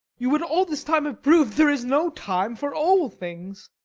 you would all this time have prov'd there is no time for all things.